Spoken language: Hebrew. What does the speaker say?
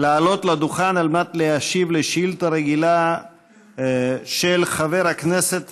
לעלות לדוכן על מנת להשיב לשאילתה רגילה של חבר הכנסת